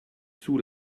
sous